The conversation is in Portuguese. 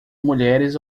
mulheres